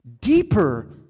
deeper